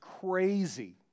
crazy